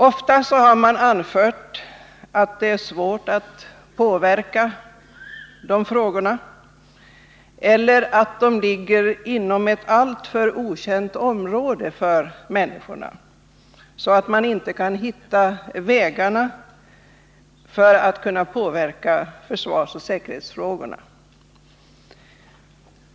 Ofta har man anfört att det är svå årt att påverka försvarsoch säkerhetsfrågorna eller att de ligger inom ett område där det är svårt att hitta vägarna för påverkan av dessa frågor.